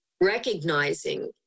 recognizing